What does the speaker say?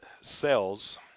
cells